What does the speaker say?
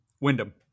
Wyndham